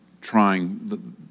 trying